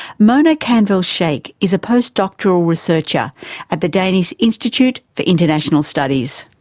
mona kanwal sheikh is a postdoctoral researcher at the danish institute for international studies.